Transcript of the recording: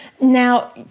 Now